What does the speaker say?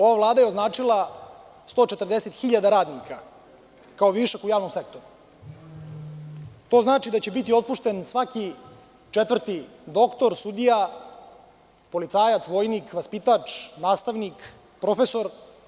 Ova Vlada je označila 140 hiljada radnika kao višak u javnom sektoru. to znači da će biti otpušten svaki četvrti doktor, sudija, policajac, vojnik, vaspitač, nastavnik, profesor, rudar.